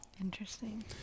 Interesting